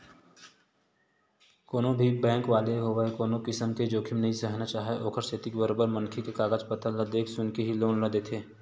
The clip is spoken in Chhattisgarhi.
कोनो भी बेंक वाले होवय कोनो किसम के जोखिम नइ सहना चाहय ओखरे सेती बरोबर मनखे के कागज पतर ल देख सुनके ही लोन ल देथे